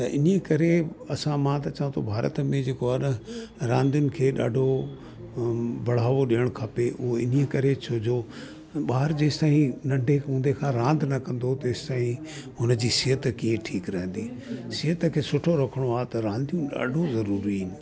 त इन करे असां मां त चवां थो भारत में जेको आहे न रांधियुनि खे ॾाढो बढ़ावो ॾियणु खपे उहो इनजे करे छोजो ॿारु जेसताईं नंढे हूंदे खां रांध न कंदो तेसि ताईं हुन जी सिहत कीअं ठीकु रहंदी सिहत खे सुठो रखिणो आहे त रांधियूं ॾाढो ज़रूरी आहिनि